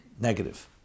negative